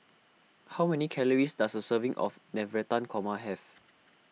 how many calories does a serving of Navratan Korma have